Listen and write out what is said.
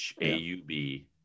A-U-B